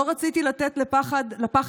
לא רציתי לתת לפחד